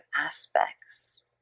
aspects